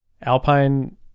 Alpine